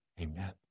Amen